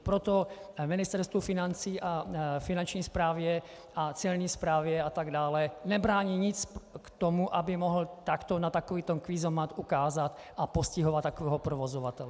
Proto Ministerstvu financí a Finanční správě a Celní správě a tak dále nebrání nic v tom, aby mohly takto na takovýto kvízomat ukázat a postihovat takového provozovatele.